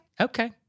Okay